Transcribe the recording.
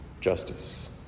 justice